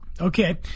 Okay